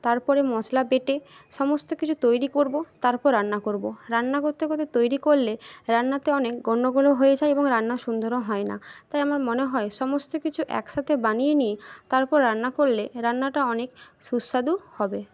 তারপরে মশলা বেটে সমস্ত কিছু তৈরি করব তারপর রান্না করব রান্না করতে করতে তৈরি করলে রান্নাতে অনেক গণ্ডগোলও হয়ে যায় এবং রান্না সুন্দরও হয় না তাই আমার মনে হয় সমস্ত কিছু একসাথে বানিয়ে নিয়ে তারপর রান্না করলে রান্নাটা অনেক সুস্বাদু হবে